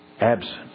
absent